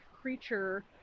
creature